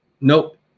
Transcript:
nope